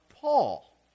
Paul